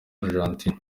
argentine